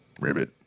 Ribbit